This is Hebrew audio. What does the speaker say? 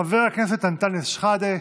חבר הכנסת אנטאנס שחאדה,